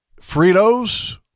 Fritos